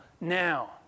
now